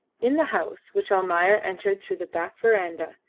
in the house, which almayer entered through the back verandah,